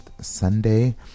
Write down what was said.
Sunday